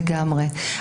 נכון לגמרי.